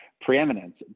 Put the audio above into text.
preeminence